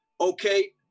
Okay